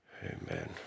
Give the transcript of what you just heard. Amen